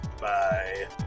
bye